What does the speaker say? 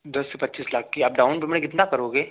दस से पच्चीस लाख की आप डाउन पेमेंट कितना करोगे